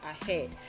ahead